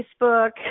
Facebook